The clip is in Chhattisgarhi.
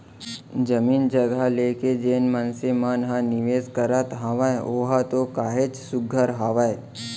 जमीन जघा लेके जेन मनसे मन ह निवेस करत हावय ओहा तो काहेच सुग्घर हावय